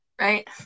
Right